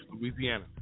Louisiana